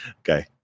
Okay